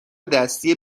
دستی